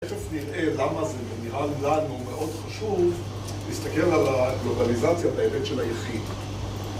תיכף נראה למה זה נראה לנו מאוד חשוב להסתכל על הגלובליזציה בהיבט של היחיד